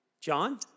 John